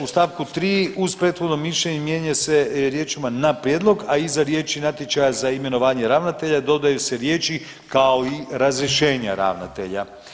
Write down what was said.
U stavku 3. uz prethodno mišljenje mijenja se riječima na prijedlog, a iza riječi natječaja za imenovanje ravnatelja dodaju se riječi kao i razrješenja ravnatelja.